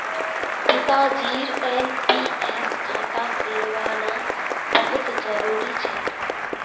पिताजीर एन.पी.एस खाता खुलवाना बहुत जरूरी छ